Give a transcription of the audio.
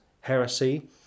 heresy